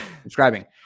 subscribing